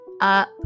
up